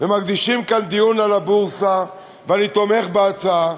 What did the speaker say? ומקדישים כאן דיון על הבורסה, ואני תומך בהצעה,